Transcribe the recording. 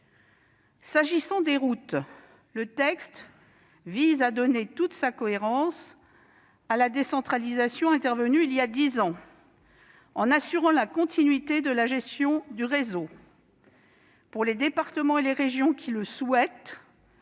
S'agissant des routes, le texte vise à donner toute sa cohérence à la décentralisation intervenue il y a dix ans, en assurant la continuité de la gestion du réseau. Pour les départements et les régions qui le souhaitent,